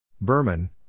Berman